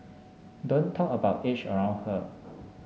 don't talk about age around her